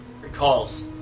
recalls